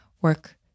work